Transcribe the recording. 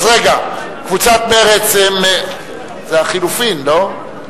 קבוצת מרצ, לחלופין, לא?